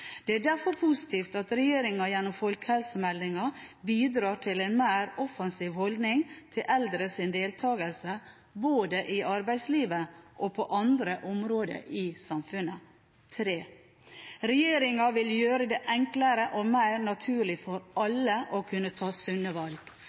Det er derfor positivt at regjeringen gjennom folkehelsemeldingen bidrar til en mer offensiv holdning til eldres deltakelse både i arbeidslivet og på andre områder i samfunnet. 3. Regjeringen vil gjøre det enklere og mer naturlig for alle å kunne ta sunne valg.